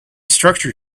structure